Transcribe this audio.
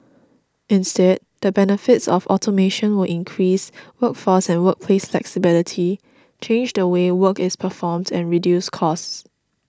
instead the benefits of automation will increase workforce and workplace flexibility change the way work is performed and reduce costs